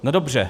No dobře.